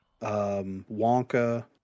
Wonka